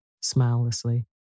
smilelessly